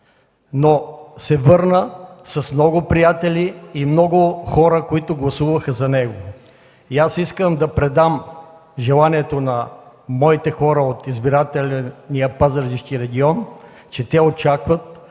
но се върна с много приятели и много хора, които гласуваха за него. Искам да предам желанията на моите хора от избирателния Пазарджикски регион, че те очакват да